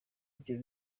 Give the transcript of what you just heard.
ibyo